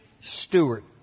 Stewart